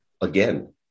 again